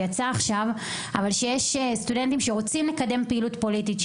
שיש סטודנטים שרוצים לקדם פעילות פוליטית,